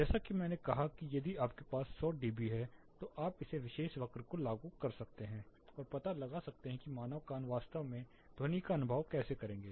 जैसा कि मैंने कहा कि यदि आपके पास 100 डीबी है तो आप इस विशेष वक्र को लागू कर सकते हैं और पता लगा सकते हैं कि मानव कान वास्तव में ध्वनि का अनुभव कैसे करेंगे